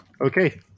Okay